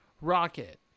rocket